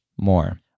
more